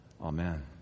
Amen